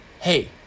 Hey